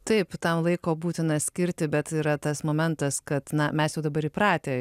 taip tam laiko būtina skirti bet yra tas momentas kad na mes jau dabar įpratę